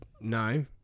no